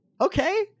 okay